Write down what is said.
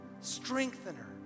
strengthener